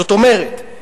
זאת אומרת,